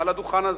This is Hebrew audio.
על הדוכן הזה,